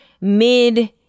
mid